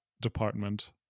department